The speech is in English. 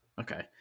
Okay